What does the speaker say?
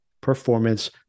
performance